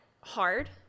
hard